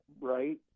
right